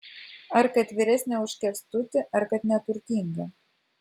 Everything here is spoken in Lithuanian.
ar kad vyresnė už kęstutį ar kad neturtinga